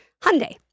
Hyundai